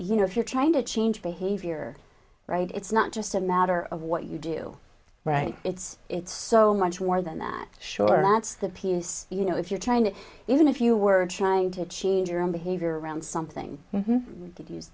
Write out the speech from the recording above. you know if you're trying to change behavior right it's not just a matter of what you do right it's so much more than that sure that's the piece you know if you're trying to even if you were trying to change your own behavior around something